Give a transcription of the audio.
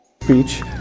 speech